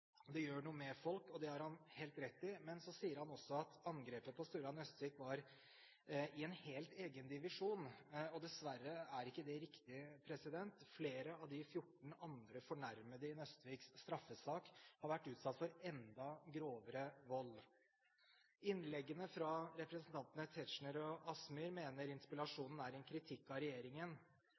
Det gjør noe med folk, og det har han helt rett i. Men så sier han også at angrepet på Sturla Nøstvik var i en helt «egen divisjon». Dessverre er ikke det riktig. Flere av de 14 andre fornærmede i Nøstviks straffesak har vært utsatt for enda grovere vold. Representantene Tetzschner og Kielland Asmyhr mener interpellasjonen er en kritikk av regjeringen.